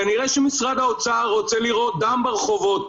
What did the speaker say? כנראה שמשרד האוצר רוצה לראות דם ברחובות.